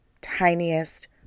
tiniest